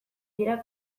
dira